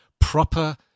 proper